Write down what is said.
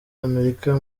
amerika